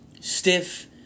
stiff